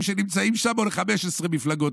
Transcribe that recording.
שנמצאים שם מתפצלים לשבע מפלגות או ל-15 מפלגות,